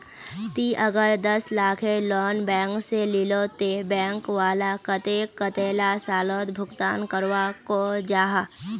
ती अगर दस लाखेर लोन बैंक से लिलो ते बैंक वाला कतेक कतेला सालोत भुगतान करवा को जाहा?